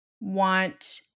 want